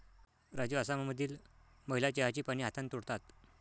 राजू आसाममधील महिला चहाची पाने हाताने तोडतात